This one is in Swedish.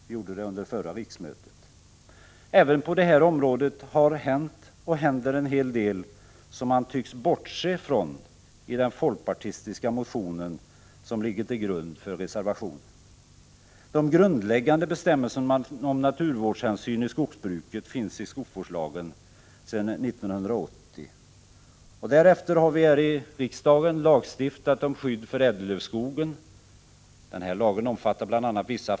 Vi gjorde det under förra riksmötet. Även på det här området har det hänt och händer en hel del som man tycks bortse från i den folkpartistiska motion som ligger till grund för reservationen. De grundläggande bestämmelserna om naturvårdshänsyn i skogsbruket finns i skogsvårdslagen sedan 1980. Därefter har vi här i riksdagen lagstiftat om skydd för ädellövsskogen. Denna lag omfattar bl.a. vissas.k.